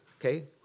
okay